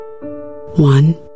One